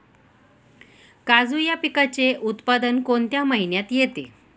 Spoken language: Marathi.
काजू या पिकाचे उत्पादन कोणत्या महिन्यात येते?